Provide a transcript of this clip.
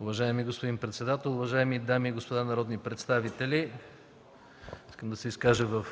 Уважаеми господин председател, уважаеми дами и господа народни представители! Искам да се изкажа в